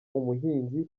umuhinzi